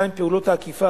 2. פעולות האכיפה,